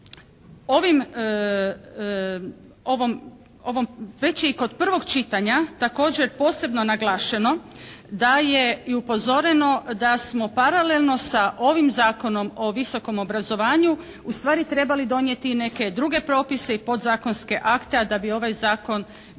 Ovom već i kod prvog čitanja također posebno je naglašeno da je i upozoreno da smo paralelno sa ovim Zakonom o visokom obrazovanju ustvari trebali donijeti i neke druge propise i podzakonske akte a da bi ovaj zakon bio provediv